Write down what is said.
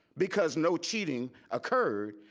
because no cheating occurred,